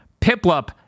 Piplup